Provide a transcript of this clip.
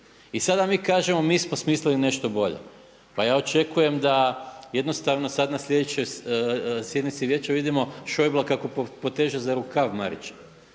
i sada mi kažemo mi smo smislili nešto bolje. Pa ja očekujem da jednostavno sada na sljedećoj sjednici vijeća vidimo Schaeublea kako poteže za rukav Marića.